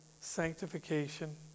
sanctification